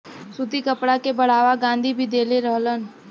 सूती कपड़ा के बढ़ावा गाँधी भी देले रहलन